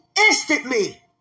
instantly